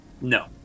No